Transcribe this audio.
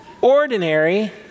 ordinary